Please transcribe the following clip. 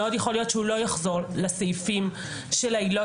מאוד יכול להיות שהוא לא יחזור לסעיפים של העילות